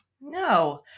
No